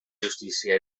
justícia